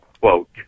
quote